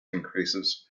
increases